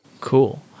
Cool